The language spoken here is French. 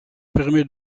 permet